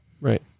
Right